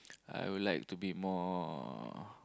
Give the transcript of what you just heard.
I will like to be more